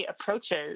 approaches